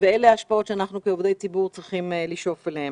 אלה ההשפעות שאנחנו כעובדי ציבור צריכים לשאוף אליהן.